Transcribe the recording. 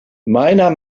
meiner